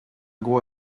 agro